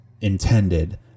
intended